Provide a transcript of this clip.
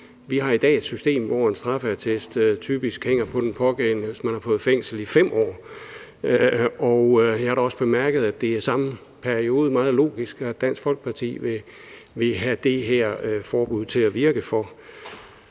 Vi har i dag et system, hvor en straffeattest typisk hænger på den pågældende, hvis man har fået fængsel i 5 år, og jeg har da også bemærket, at det meget logisk er samme periode, Dansk Folkeparti vil have det her forbud til at virke for.